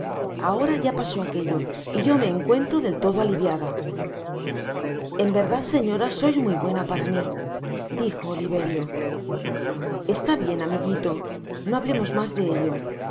ahora ya pasó aquello y y o me encuentro del todo aliviada en verdad señora sois muy buena para mi dijo oliverio está bien amiguito no hablemos mas de ello